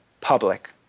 public